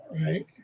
Right